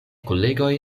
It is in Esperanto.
kolegoj